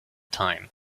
time